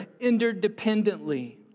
interdependently